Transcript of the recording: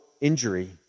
injury